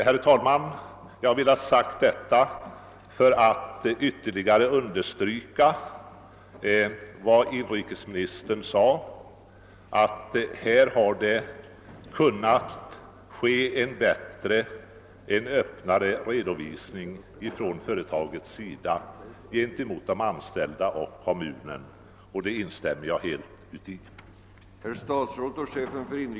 Herr talman! Jag har velat säga detta för att understryka vad inrikesministern anförde, att det hade kunnat presenteras en bättre och mera öppen redovisning från företagets sida gentemot de anställda och kommunen. Jag instämmer helt däri.